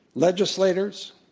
legislators,